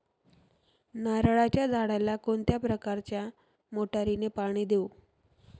नारळाच्या झाडाला कोणत्या प्रकारच्या मोटारीने पाणी देऊ?